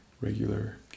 regular